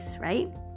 right